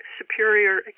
superior